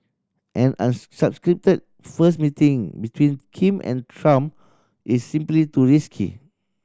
an unscripted first meeting between Kim and Trump is simply too risky